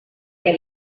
què